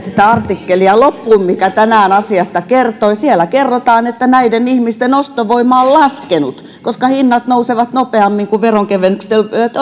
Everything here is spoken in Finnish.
sitä artikkelia joka tänään asiasta kertoi siellä kerrotaan että näiden ihmisten ostovoima on laskenut koska hinnat nousevat nopeammin kuin veronkevennykset te